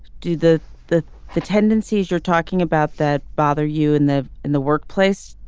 do the the the tendencies you're talking about that bother you in the in the workplace.